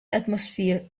atmosphere